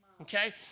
okay